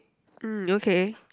mm okay